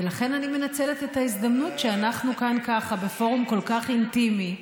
ולכן אני מנצלת את ההזדמנות שאנחנו כאן ככה בפורום כל כך אינטימי,